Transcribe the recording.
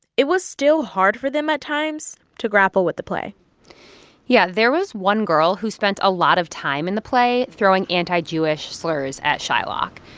it was still hard for them at times to grapple with the play yeah. there was one girl who spent a lot of time in the play throwing anti-jewish slurs at shylock.